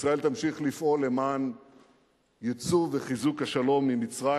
ישראל תמשיך לפעול למען ייצוב וחיזוק השלום עם מצרים.